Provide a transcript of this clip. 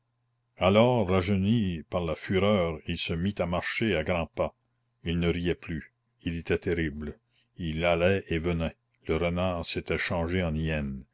alors rajeuni par la fureur il se mit à marcher à grands pas il ne riait plus il était terrible il allait et venait le renard s'était changé en